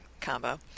combo